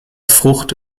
frucht